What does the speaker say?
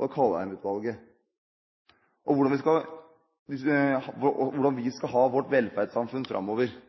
og Kvalheim-utvalget, om hvordan vi skal ha vårt velferdssamfunn framover –